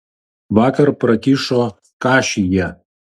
vakar prakišo kašį jie